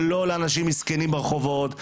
זה לא לאנשים מסכנים ברחובות,